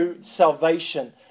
salvation